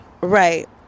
Right